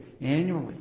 annually